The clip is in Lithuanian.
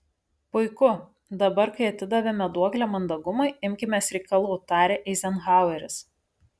puiku dabar kai atidavėme duoklę mandagumui imkimės reikalų tarė eizenhaueris